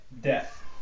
death